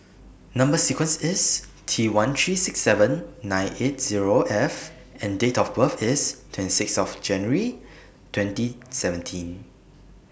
Number sequence IS T one three six seven nine eight Zero F and Date of birth IS twenty six January twenty seventeen